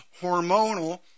hormonal